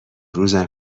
روزم